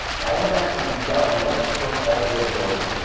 all of that can be done. you don't have to come all the way to oregon.